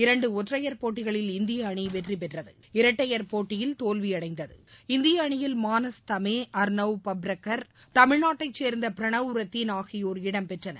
இரண்டு ஒற்றையர் போட்டிகளில் இந்திய அணி வெற்றி பெற்றது இரட்டையர் போட்டியில் தோல்வியடைந்தது இந்திய அணியில் மானஸ் தமே அர்னவ் பப்ரக்கர் தமிழ்நாட்டைச் சேர்ந்த பிரனவ் ரெத்தின் ஆகியோர் இடம்பெற்றனர்